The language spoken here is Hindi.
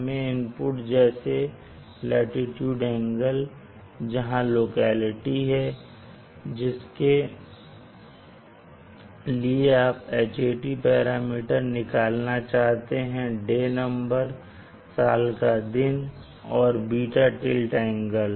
हमें इनपुट्स जैसे लाटीट्यूड एंगल जहां लोकेलिटी है जिसके लिए आप Hat पैरामीटर निकालना चाहते हैं डे नंबर साल का दिन और β टिल्ट एंगल